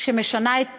שמשנה את פניה.